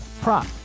prop